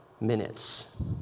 minutes